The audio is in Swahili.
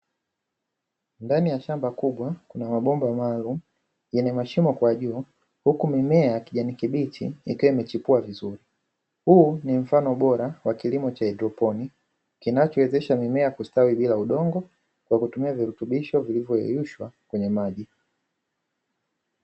Ndani ya shamba kubwa kuna mabomba maalumu yenye mashimo kwa juu, huku mimea ya kijani kibichi ikiwa imechipua vizuri. Huu ni mfano bora wa kilimo cha haidroponi, kinachowezesha mimea kustawi bila udongo kwa kutumia virutubisho vilivyoyeyushwa kwenye maji.